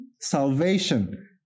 salvation